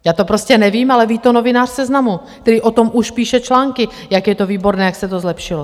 Já to prostě nevím, ale ví to novinář Seznamu, který o tom už píše články, jak je to výborné, jak se to zlepšilo.